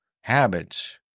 habits